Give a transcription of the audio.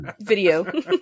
video